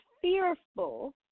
fearful